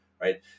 right